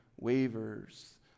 wavers